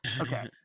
okay